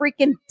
freaking